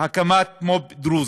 הקמת מו"פ דרוזי.